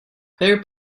pair